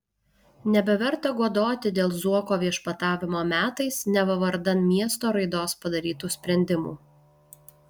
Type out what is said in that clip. nebeverta godoti dėl zuoko viešpatavimo metais neva vardan miesto raidos padarytų sprendimų